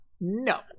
No